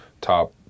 top